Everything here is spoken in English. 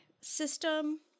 system